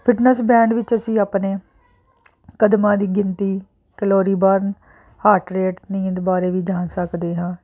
fitness band ਵਿੱਚ ਅਸੀਂ ਆਪਣੇ ਕਦਮਾਂ ਦੀ ਗਿਣਤੀ ਕਲੋਰੀ ਬਰਨ ਹਾਰਟ ਰੇਟ ਨੀਂਦ ਬਾਰੇ ਵੀ ਜਾਣ ਸਕਦੇ ਹਾਂ